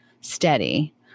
steady